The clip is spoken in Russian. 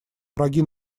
враги